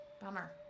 Bummer